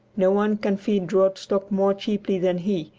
no one can feed draught stock more cheaply than he,